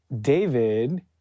david